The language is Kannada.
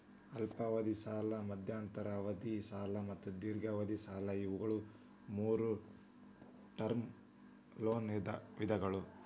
ಅಲ್ಪಾವಧಿ ಸಾಲ ಮಧ್ಯಂತರ ಅವಧಿ ಸಾಲ ಮತ್ತು ದೇರ್ಘಾವಧಿ ಸಾಲ ಇವು ಮೂರೂ ಟರ್ಮ್ ಲೋನ್ ವಿಧಗಳ